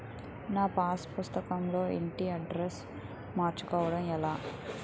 నా పాస్ పుస్తకం లో ఇంటి అడ్రెస్స్ మార్చుకోవటం ఎలా?